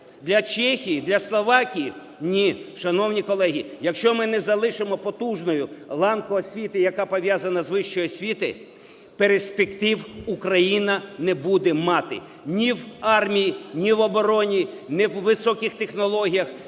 для Чехії, дляСловакії? Ні, шановні колеги, якщо ми не залишимо потужною ланку освіти, яка пов'язана з вищою освітою, перспектив Україна не буде мати ні в армії, ні в обороні, ні у високих технологіях,